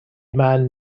man